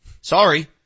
Sorry